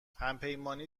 همپیمانی